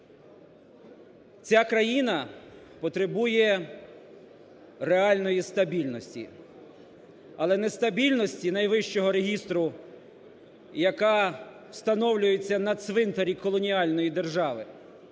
Ця країна потребує реальної стабільності, але не стабільності найвищого регістру, яка встановлюється на цвинтарі колоніальної держави,